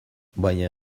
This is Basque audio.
baina